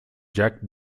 jack